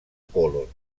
còlon